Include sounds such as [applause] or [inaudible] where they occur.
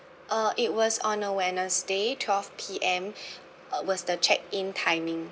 uh it was on a wednesday twelve P_M [breath] was the check in timing